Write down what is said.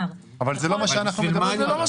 אבל זה לא מה שאנחנו מדברים עליו.